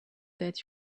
that